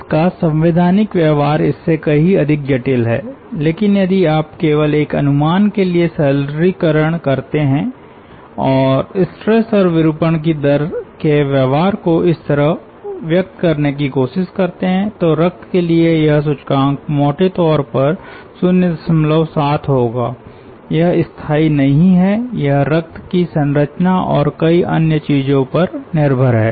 इसका संवैधानिक व्यवहार इससे कहीं अधिक जटिल है लेकिन यदि आप केवल एक अनुमान के लिए सरलीकरण करते हैं और स्ट्रेस और विरूपण की दर के व्यवहार को इस तरह व्यक्त करने की कोशिश करते हैं तो रक्त के लिए यह सूचकांक मोटे तौर पर 07 होगा यह स्थायी नहीं है यह रक्त की संरचना और कई अन्य चीजों पर निर्भर है